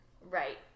Right